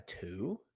two